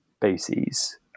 bases